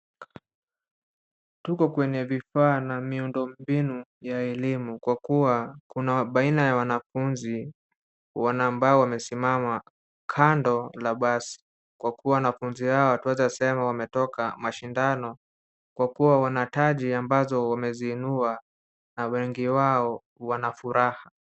Tuko kwenye vifaa na miundo mbinu ya elimu kwa kuwa kuna baina ya wanafunzi wana ambao wamesimama kando la basi kwa kuwa wanafunzi hawa twaeza sema wametoka mashindano kwa kuwa wana taji ambazo wameziinua na wengi wao wana furaha.